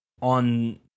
on